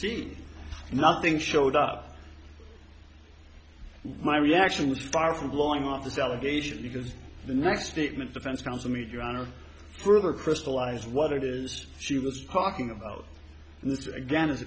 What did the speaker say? scene nothing showed up my reaction was far from blowing off the delegation because the next statement defense counsel meet your honor further crystallized what it is she was talking about a